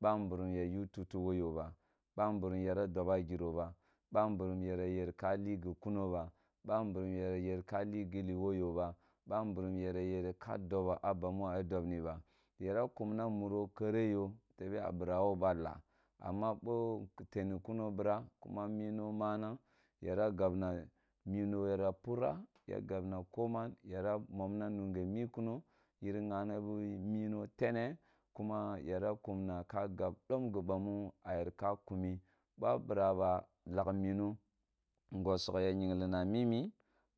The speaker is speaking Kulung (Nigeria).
Bamburum ya yu tutu wo yo ba bamburum yara doba giro ba bamburum yara yer ka li gi kuno ba bamburum yara yer ka li gilli wo yo ba bamburum yara yere ka dobo a bami a dabni ba yara kumna nuro kere tebe a bira wo ba laa amma bo ntoni kuro bira kuma mino manang yara gabna mino yara mmona nuge mi kuro giri ghana biu mino tene kuma yara kumna ka gabdom geba mu a yer ka kumi bo bira ba lagh mino ngosogh ya yenglina mini